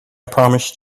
promised